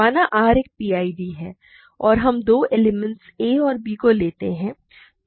माना R एक PID है और हम दो एलिमेंट्स a और b को लेते हैं तो a और b का gcd है